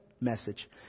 message